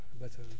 better